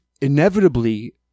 inevitably